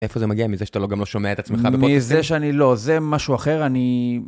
איפה זה מגיע? מזה שאתה גם לא שומע את עצמך בפודקאסט? מזה שאני לא, זה משהו אחר, אני...